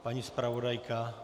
Paní zpravodajka?